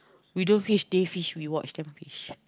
we don't fish they fish we watch them fish